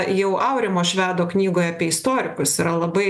jau aurimo švedo knygoj apie istorikus yra labai